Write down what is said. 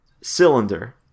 Cylinder